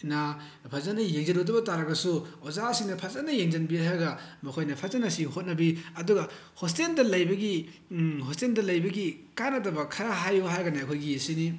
ꯅ ꯐꯖꯅ ꯌꯦꯡꯁꯤꯜꯂꯨꯗꯕ ꯇꯥꯔꯒꯁꯨ ꯑꯣꯖꯥꯁꯤꯡꯅ ꯐꯖꯅ ꯌꯦꯡꯁꯤꯟꯕꯤꯔꯦ ꯍꯥꯏꯔꯒ ꯃꯈꯣꯏꯅ ꯐꯖꯅ ꯁꯤ ꯍꯣꯠꯅꯕꯤ ꯑꯗꯨꯒ ꯍꯣꯁꯇꯦꯜꯗ ꯂꯩꯕꯒꯤ ꯍꯣꯁꯇꯦꯜꯗ ꯂꯩꯕꯒꯤ ꯀꯥꯟꯅꯗꯕ ꯈꯔ ꯍꯥꯏꯌꯣ ꯍꯥꯏꯔꯒꯅꯦ ꯑꯩꯈꯣꯏꯒꯤ ꯁꯤꯅꯤ